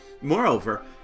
Moreover